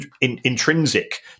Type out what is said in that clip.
intrinsic